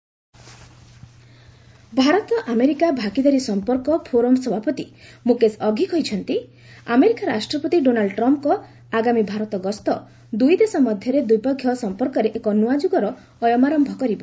USISPF Trump visit Bharat America ଭାଗିଦାରୀ ସମ୍ପର୍କ forum ସଭାପତି ମୁକେଶ ଅଘି କହିଛନ୍ତି ଆମେରିକା ରାଷ୍ଟ୍ରପତି ଡୋନାଲ୍ଚ ଟ୍ରମ୍ପଙ୍କ ଆଗାମୀ ଭାରତ ଗସ୍ତ ଦୁଇଦେଶ ମଧ୍ୟରେ ଦ୍ୱିପକ୍ଷ ସମ୍ପର୍କରେ ଏକ ନୂଆ ଯୁଗର ଅୟମାରମ୍ଭ କରିବ